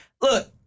look